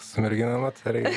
su merginom atsargiai